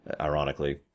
ironically